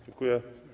Dziękuję.